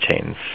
chains